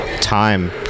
time